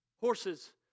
horses